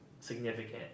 significant